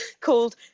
called